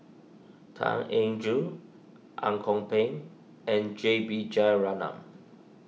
Tan Eng Joo Ang Kok Peng and J B Jeyaretnam